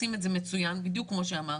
עושים את זה מצוין בדיוק כמו שאמרת.